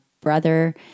brother